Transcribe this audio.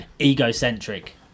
egocentric